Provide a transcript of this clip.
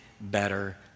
better